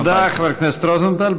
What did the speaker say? תודה, חבר הכנסת רוזנטל.